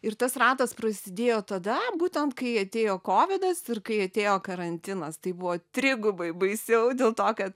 ir tas ratas prasidėjo tada būtent kai atėjo kovidas ir kai atėjo karantinas tai buvo trigubai baisiau dėl to kad